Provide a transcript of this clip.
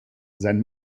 sein